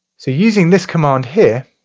so using this command here